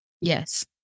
Yes